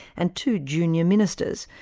and two junior ministers,